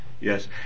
yes